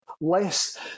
less